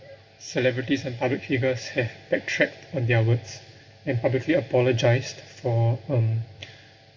celebrities and public figures have backtracked on their words and publicly apologized for um